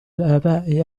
الآباء